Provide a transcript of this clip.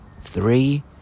Three